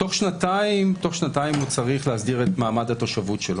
תוך שנתיים הוא צריך להסדיר את מעמד התושבות שלו,